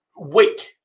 week